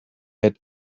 had